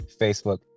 Facebook